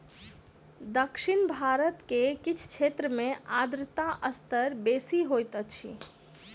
दक्षिण भारत के किछ क्षेत्र में आर्द्रता स्तर बेसी होइत अछि